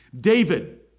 David